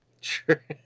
Sure